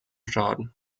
schaden